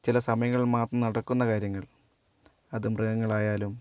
ചില സമയങ്ങളിൽ മാത്രം നടക്കുന്ന കാര്യങ്ങൾ അതു മൃഗങ്ങളായാലും